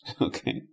Okay